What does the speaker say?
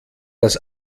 das